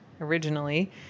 originally